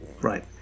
Right